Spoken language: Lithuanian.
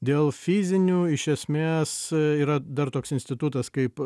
dėl fizinių iš esmės yra dar toks institutas kaip